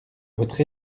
votre